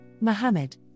Muhammad